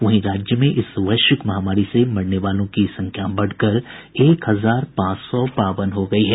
वहीं राज्य में इस वैश्विक महामारी से मरने वालों की संख्या बढ़कर एक हजार पांच सौ बावन हो गयी है